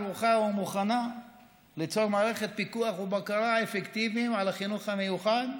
ערוכה ומוכנה ליצור מערכת של פיקוח ובקרה אפקטיביים על החינוך המיוחד?